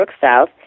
South